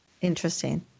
Interesting